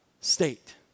state